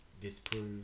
disprove